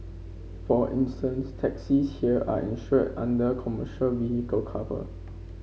for instance taxis here are insured under commercial vehicle cover